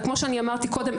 כמו שאני אמרתי קודם,